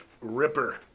Ripper